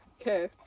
Okay